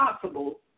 possible